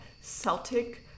Celtic